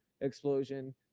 explosion